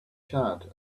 charred